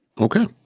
Okay